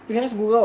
ya